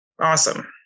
Awesome